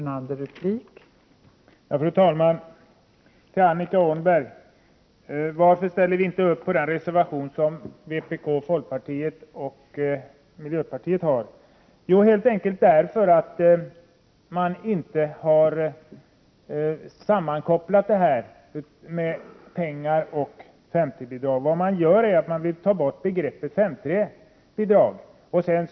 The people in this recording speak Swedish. Fru talman! Jag vänder mig först till Annika Åhnberg. Varför ställer sig inte centern bakom den reservation som vpk, folkpartiet och miljöpartiet har avgett? Jo, helt enkelt därför att man inte har sammankopplat pengar och 5:3-bidraget. Vad man gör är att föreslå att 5:3-bidraget tas bort.